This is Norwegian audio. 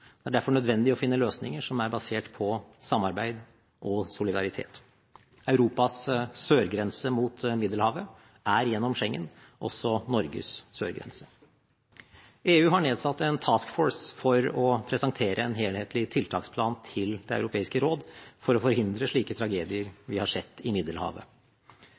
Det er derfor nødvendig å finne løsninger som er basert på samarbeid og solidaritet. Europas sørgrense mot Middelhavet er gjennom Schengen også Norges sørgrense. EU har nedsatt en Task Force for å presentere en helhetlig tiltaksplan til Det europeiske råd for å forhindre slike tragedier vi har sett i Middelhavet.